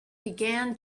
began